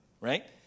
right